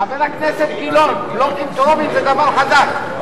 חבר הכנסת גילאון, בלוקים טרומיים זה דבר חדש.